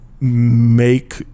make